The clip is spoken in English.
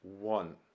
One